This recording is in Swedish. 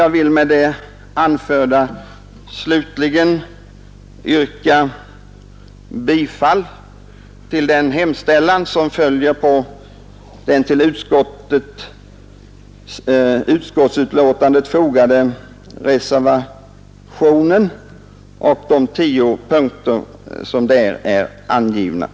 Jag vill med det anförda slutligen yrka bifall till den vid utskottsbetänkandet fogade reservationen med hemställan angiven i 10 punkter.